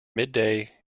midday